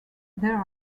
there